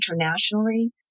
internationally